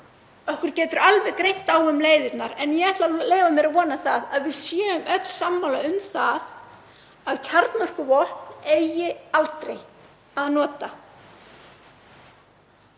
Okkur getur alveg greint á um leiðirnar en ég ætla að leyfa mér að vona að við séum öll sammála um að kjarnorkuvopn eigi aldrei að nota.